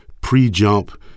Pre-jump